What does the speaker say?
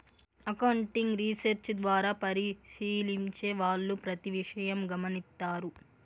accounting research ద్వారా పరిశీలించే వాళ్ళు ప్రతి విషయం గమనిత్తారు